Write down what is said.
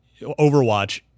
Overwatch